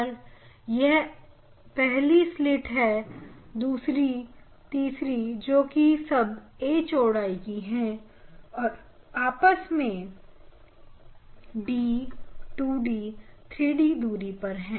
पर यह पहली स्लिट है यह दूसरी यह तीसरी जोकि सब a चौड़ाई की है और आपस में पहली स्लिट से d 2d 3d दूरी पर है